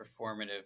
performative